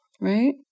right